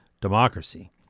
democracy